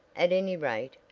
at any rate,